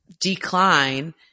decline